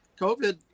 COVID